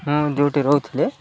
ମୁଁ ଯେଉଁଠି ରହୁଥିଲି